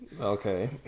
Okay